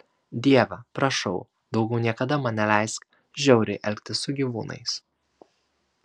dieve prašau daugiau niekada man neleisk žiauriai elgtis su gyvūnais